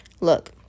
look